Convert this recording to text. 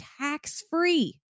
tax-free